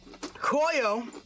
Koyo